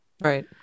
Right